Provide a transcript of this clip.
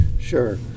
sure